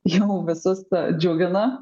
jau visus džiugina